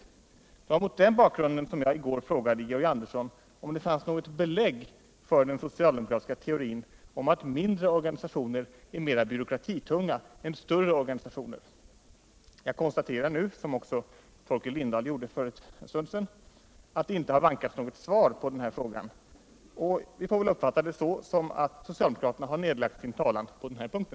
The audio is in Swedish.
Det var mot den bakgrunden som jag i går frågade Georg Andersson om det fanns något belägg för den socialdemokratiska teorin om att mindre organisationer är mera byråkratitunga än större organisationer. Jag konstaterar nu, som också Torkel Lindahl gjorde för en stund sedan, att det inte har vankats något svar på den frågan. Vi får väl uppfatta det så att socialdemokraterna har nedlagt sin talan på den här punkten.